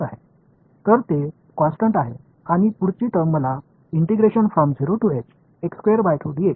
எனவே இந்த உயர் வரிசை விதிமுறைகள் அனைத்தும் மீண்டும் செய்ய மிகவும் எளிதானது